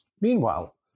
Meanwhile